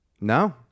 No